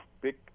big